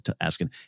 asking